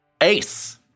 Ace